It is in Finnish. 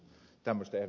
sitten ed